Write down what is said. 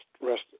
rest